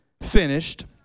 finished